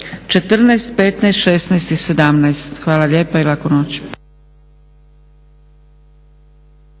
14., 15., 16. i 17. Hvala lijepa i laku noć.